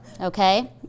okay